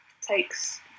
takes